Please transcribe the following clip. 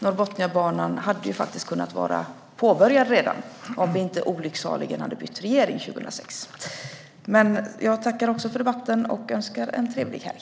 Norrbotniabanan hade kunnat vara påbörjad redan om vi inte olycksaligen hade bytt regering 2006. Jag tackar också för debatten och önskar en trevlig helg.